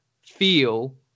feel